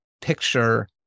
picture